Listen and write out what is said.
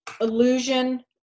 Illusion